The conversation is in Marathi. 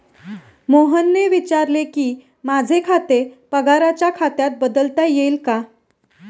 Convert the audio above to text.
मोहनने विचारले की, माझे खाते पगाराच्या खात्यात बदलता येईल का